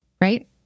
Right